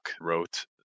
wrote